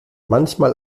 manchmal